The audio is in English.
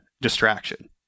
distraction—